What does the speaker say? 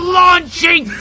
launching